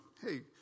hey